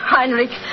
Heinrich